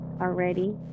already